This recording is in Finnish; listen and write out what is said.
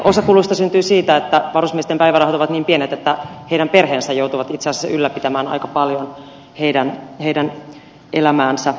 osa kuluista syntyy siitä että varusmiesten päivärahat ovat niin pienet että heidän perheensä joutuvat itse asiassa ylläpitämään aika paljon heidän elämäänsä